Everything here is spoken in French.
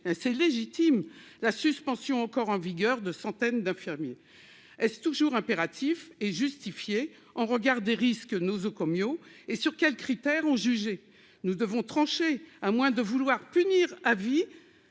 c'est légitime la suspension, encore en vigueur de centaines d'infirmiers est-ce toujours impératif et justifiée en regard des risques nosocomiale et sur quels critères ont jugé nous devons trancher à moins de vouloir punir à avis